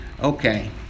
Okay